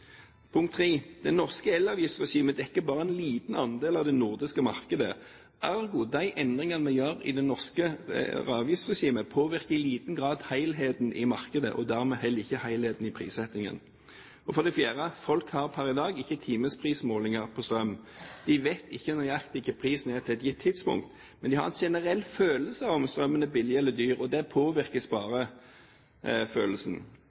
Det norske elavgiftsregimet dekker bare en liten andel av det nordiske markedet. Ergo: De endringene vi gjør i det norske avgiftsregimet, påvirker i liten grad helheten i markedet, og da har vi heller ikke helheten i prissettingen. For det fjerde: Folk har per i dag ikke timeprismålinger på strøm. De vet ikke nøyaktig prisen på et gitt tidspunkt, men de har en generell følelse av om strømmen er billig eller dyr. Og der påvirkes bare følelsen;